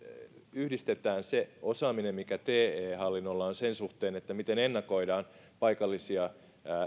yhdistetään se osaaminen mikä te hallinnolla on sen suhteen miten ennakoidaan paikallisia